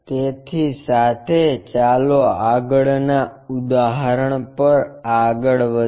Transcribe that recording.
તેની સાથે ચાલો આગળના ઉદાહરણ પર આગળ વધીએ